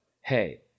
Hey